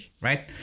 right